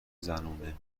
زنونه